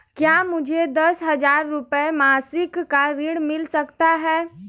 क्या मुझे दस हजार रुपये मासिक का ऋण मिल सकता है?